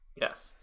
Yes